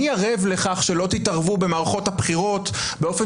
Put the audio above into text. מי ערב לכך שלא תתערבו במערכות הבחירות באופן